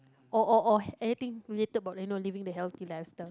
or or or anything related about you know living the healthy lifestyle